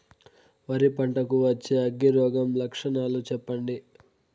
వరి పంట కు వచ్చే అగ్గి రోగం లక్షణాలు చెప్పండి?